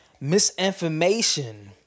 Misinformation